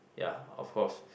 ya of course